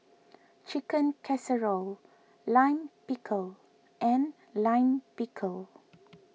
Chicken Casserole Lime Pickle and Lime Pickle